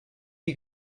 you